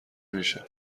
میشه